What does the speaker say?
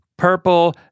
Purple